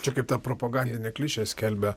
čia kaip ta propagandinė klišė skelbia